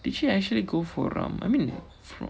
did she actually go for ram I mean for